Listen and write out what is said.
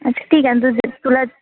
अच्छा ठीक आहे ना